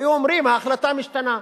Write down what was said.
היו אומרים: ההחלטה משתנה.